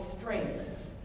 strengths